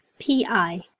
p i